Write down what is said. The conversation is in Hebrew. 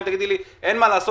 גם אם תגידי לי אין מה לעשות,